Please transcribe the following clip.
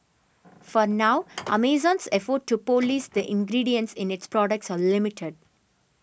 for now Amazon's efforts to police the ingredients in its products are limited